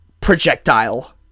projectile